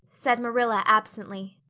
said marilla absently.